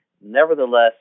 nevertheless